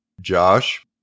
Josh